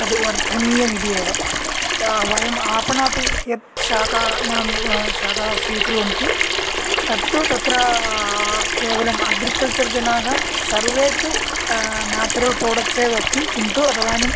तद् वर्धनीयमिति एव वयम् आपणात् यद् शाकानां शाका स्वीकुर्वन्ति तत्तु तत्र केवलम् अग्रिकल्चर् जनाः सर्वे तु नेचुरल् प्रोडक्स् एव अस्ति किन्तु तदानीम्